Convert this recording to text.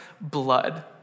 blood